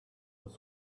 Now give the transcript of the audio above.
was